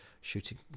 shooting